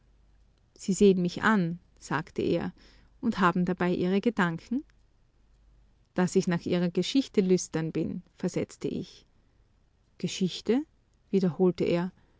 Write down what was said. sie sehen mich an sagte er und haben dabei ihre gedanken daß ich nach ihrer geschichte lüstern bin versetzte ich geschichte wiederholte er